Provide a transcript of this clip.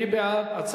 מי בעד?